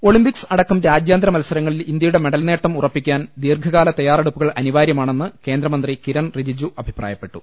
Olympics അടക്കം രാജ്യാന്തര മത്സരങ്ങളിൽ ഇന്ത്യയുടെ മെഡൽ നേട്ടം ഉറപ്പിക്കാൻ ദീർഘകാല തയ്യാറെടുപ്പുകൾ അനി വാര്യമാണെന്ന് കേന്ദ്രമന്ത്രി കിരൺ റിജിജു അഭിപ്രായപ്പെട്ടു